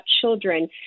children